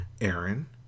aaron